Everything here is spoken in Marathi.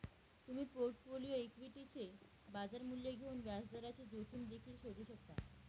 तुम्ही पोर्टफोलिओ इक्विटीचे बाजार मूल्य घेऊन व्याजदराची जोखीम देखील शोधू शकता